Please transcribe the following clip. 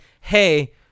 hey